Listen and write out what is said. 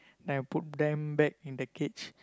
then I put them back in the cage